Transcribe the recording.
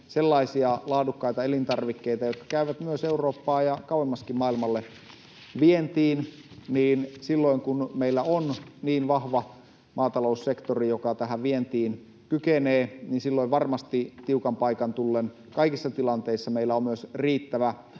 sellaisia laadukkaita elintarvikkeita, jotka käyvät myös Eurooppaan ja kauemmaskin maailmalle vientiin. Silloin kun meillä on vahva maataloussektori, joka tähän vientiin kykenee, niin varmasti tiukan paikan tullen meillä on kaikissa tilanteissa myös riittävä